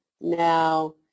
now